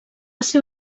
ser